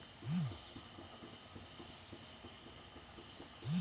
ದ್ವಿದಳ ಧಾನ್ಯವನ್ನ ಸಾಸಿವೆ ಎಣ್ಣೆಯಲ್ಲಿ ಒರಸಿ ಇಟ್ರೆ ಎಷ್ಟು ಸಮಯ ಹಾಳಾಗದ ಹಾಗೆ ಇಡಬಹುದು?